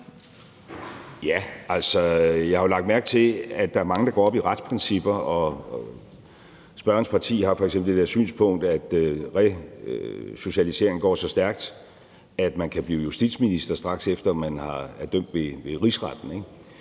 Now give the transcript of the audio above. (M): Altså, jeg har jo lagt mærke til, at der er mange, der går op i retsprincipper. Spørgerens parti har f.eks. det der synspunkt, at resocialisering går så stærkt, at man kan blive justitsminister, straks efter man er blevet dømt ved Rigsretten,